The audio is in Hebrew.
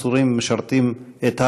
מסורים ומשרתים את הערוץ,